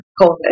COVID